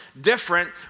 Different